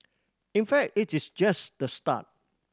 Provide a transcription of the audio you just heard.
in fact it is just the start